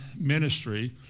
ministry